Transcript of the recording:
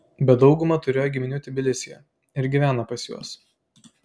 bet dauguma turėjo giminių tbilisyje ir gyvena pas juos